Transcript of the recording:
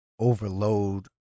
overload